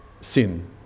sin